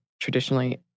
traditionally